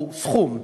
הוא סכום.